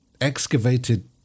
excavated